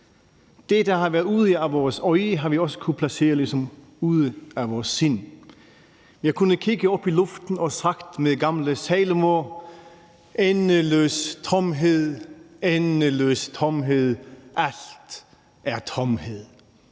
Det, der har været ude af øje, har ligesom også været ude af vores sind. Jeg kunne kigge op i luften og sige med gamle Salomon: endeløs tomhed, endeløs tomhed, alt er tomhed